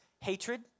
Hatred